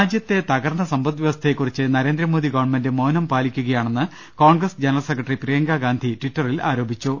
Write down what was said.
രാജ്യത്തെ തകർന്ന സമ്പദ് വൃവസ്ഥയെക്കുറിച്ച് നരേന്ദ്രമോദി ഗവൺമെന്റ് മൌനം പാലിക്കുകയാണെന്ന് കോൺഗ്രസ് ജനറൽ സെക്ര ട്ടറി പ്രിയങ്കാ ഗാന്ധി ടിറ്ററിൽ ആരോപിച്ചു